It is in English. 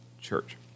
church